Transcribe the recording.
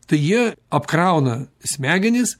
tai jie apkrauna smegenis